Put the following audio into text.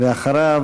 ואחריו,